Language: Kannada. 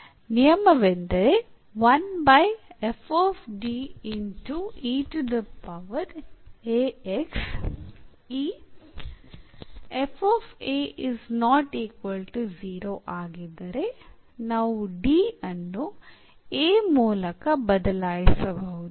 ನಿಯಮವೆಂದರೆ ಈ ಆಗಿದ್ದರೆ ನಾವು D ಅನ್ನು a ಮೂಲಕ ಬದಲಾಯಿಸಬಹುದು